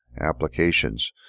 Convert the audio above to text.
applications